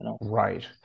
Right